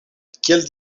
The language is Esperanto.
kiel